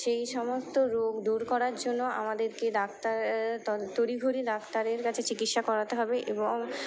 সেই সমস্ত রোগ দূর করার জন্য আমাদেরকে ডাক্তার তড়িঘড়ি ডাক্তারের কাছে চিকিৎসা করাতে হবে এবং